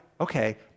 okay